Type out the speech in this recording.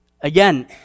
Again